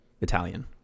Italian